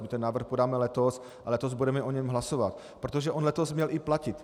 My ten návrh podáme letos a letos budeme o něm hlasovat, protože on letos měl i platit.